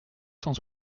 cent